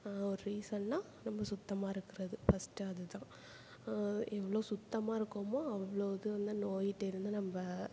ஒரு ரீசன்னா நம்ம சுத்தமாக இருக்கிறது ஃபஸ்ட்டு அதுதான் எவ்வளோ சுத்தமாக இருக்கோமோ அவ்வளோ இது வந்து நோய்ட்டேருந்து நம்ம